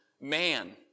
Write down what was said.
man